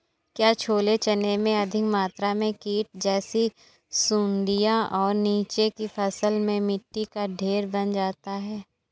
क्या छोले चने में अधिक मात्रा में कीट जैसी सुड़ियां और नीचे की फसल में मिट्टी का ढेर बन जाता है?